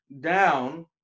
down